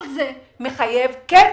כל זה מחייב כסף.